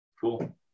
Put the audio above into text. cool